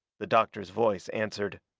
the doctor's voice answered